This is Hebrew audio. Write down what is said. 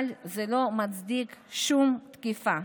אבל זה לא מצדיק שום תקיפה.